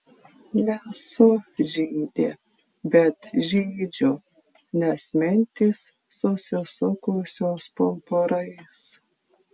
nesu žydė bet žydžiu nes mintys susisukusios pumpurais